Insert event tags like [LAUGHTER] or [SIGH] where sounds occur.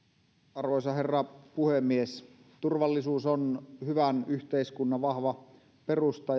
arvoisa herra puhemies turvallisuus on hyvän yhteiskunnan vahva perusta [UNINTELLIGIBLE]